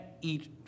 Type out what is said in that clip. eat